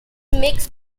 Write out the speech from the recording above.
mix